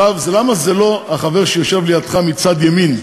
עכשיו, למה זה לא החבר שיושב לידך מצד ימין?